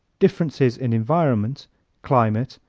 differences in environment climate,